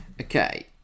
Okay